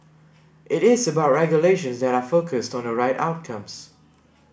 it is about regulations that are focused on the right outcomes